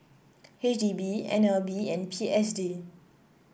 H D B N L B and P S D